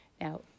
now